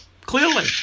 Clearly